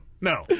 no